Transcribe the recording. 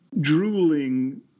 drooling